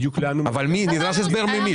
בדיוק לאן --- אבל נדרש הסבר ממי?